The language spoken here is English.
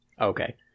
Okay